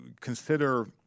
consider